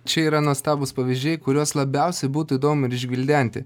čia yra nuostabūs pavyzdžiai kuriuos labiausiai būtų įdomu ir išgvildenti